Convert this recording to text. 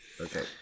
Okay